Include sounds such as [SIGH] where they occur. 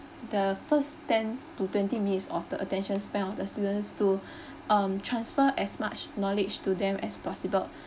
the first ten to twenty minutes of the attention span of the students to [BREATH] um transfer as much knowledge to them as possible [BREATH]